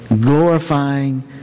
glorifying